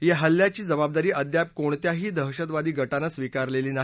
या हल्ल्याची जबाबदारी अद्याप कोणत्याही दहशतवादी गटानं स्वीकारलेली नाही